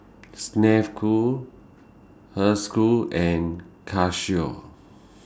Snek Ku Herschel and Casio